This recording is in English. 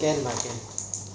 can lah can